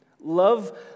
Love